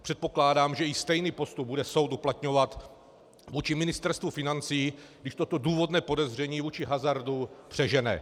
Předpokládám, že stejný postup bude soud uplatňovat vůči Ministerstvu financí, když toto důvodné podezření vůči hazardu přežene.